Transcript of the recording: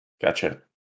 Gotcha